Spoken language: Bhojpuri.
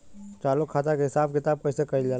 चालू खाता के हिसाब किताब कइसे कइल जाला?